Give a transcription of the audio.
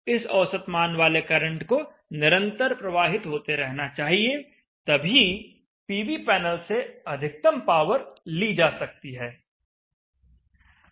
इस औसत मान वाले करंट को निरंतर प्रवाहित होते रहना चाहिए तभी पीवी पैनल से अधिकतम पावर ली जा सकती है